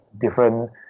different